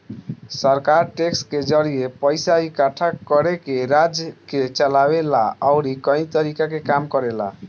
सरकार टैक्स के जरिए पइसा इकट्ठा करके राज्य के चलावे ला अउरी कई तरीका के काम करेला